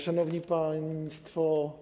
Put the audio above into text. Szanowni Państwo!